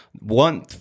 one